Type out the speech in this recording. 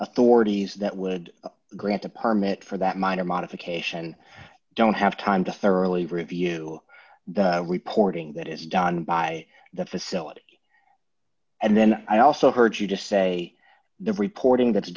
authorities that would grant a permit for that minor modification don't have time to thoroughly review the reporting that is done by the facility and then i also heard you just say the reporting that's